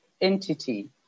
entity